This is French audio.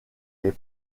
les